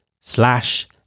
slash